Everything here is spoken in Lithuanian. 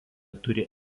turi